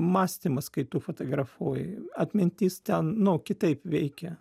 mąstymas kai tu fotografuoji atmintis ten nu kitaip veikia